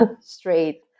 straight